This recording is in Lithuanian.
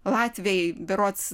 latviai berods